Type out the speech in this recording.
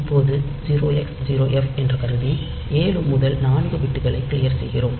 இப்போது 0 x 0f என்று கருதி ஏழு முதல் நான்கு பிட்களை க்ளியர் செய்கிறோம்